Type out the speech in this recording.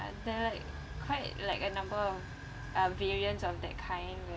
there're like quite like a number of uh variance of that kind where